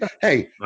hey